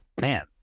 Man